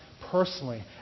personally